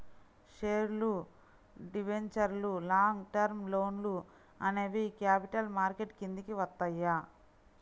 షేర్లు, డిబెంచర్లు, long term లోన్లు అనేవి క్యాపిటల్ మార్కెట్ కిందికి వత్తయ్యి